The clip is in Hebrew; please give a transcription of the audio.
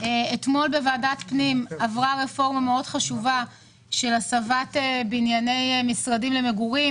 אתמול בוועדת הפנים עברה רפורמה חשובה של הסבת בנייני משרדים למגורים,